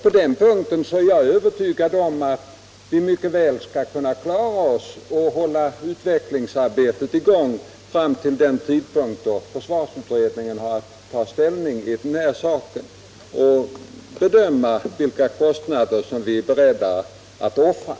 På den punkten är jag övertygad om att vi mycket väl skall kunna klara av att hålla utvecklingsarbetet i gång fram till den tidpunkt då försvarsutredningen har att ta ställning till denna fråga och bedöma vilka kostnader som vi är beredda att offra.